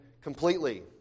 completely